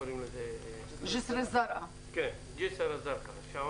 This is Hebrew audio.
ג'יסר א-זרקא ששם